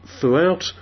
throughout